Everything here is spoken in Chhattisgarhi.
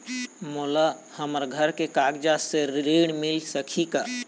मोला हमर घर के कागजात से ऋण मिल सकही का?